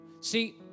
See